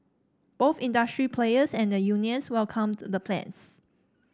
both industry players and the unions welcomed the plans